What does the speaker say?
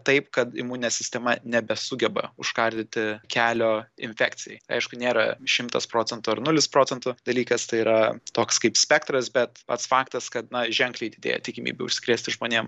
taip kad imuninė sistema nebesugeba užkardyti kelio infekcijai aišku nėra šimtas procentų ar nulis procentų dalykas tai yra toks kaip spektras bet pats faktas kad na ženkliai didėja tikimybė užsikrėsti žmonėm